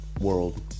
world